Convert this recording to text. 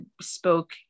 spoke